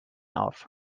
auf